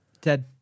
Ted